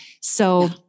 So-